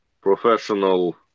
professional